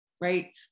right